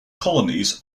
colonies